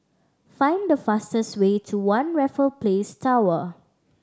find the fastest way to One Raffle Place Tower